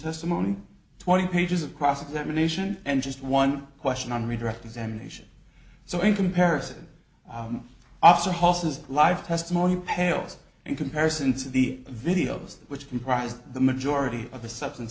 testimony twenty pages of cross examination and just one question on redirect examination so in comparison also hawses live testimony pales in comparison to the videos which comprise the majority of the substance